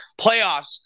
playoffs